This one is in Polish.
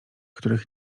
których